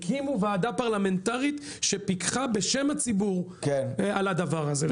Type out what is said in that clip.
הקימו ועדה פרלמנטרית שפיקחה בשם הציבור על הדבר הזה.